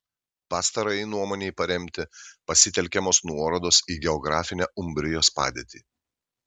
pastarajai nuomonei paremti pasitelkiamos nuorodos į geografinę umbrijos padėtį